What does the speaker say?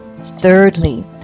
Thirdly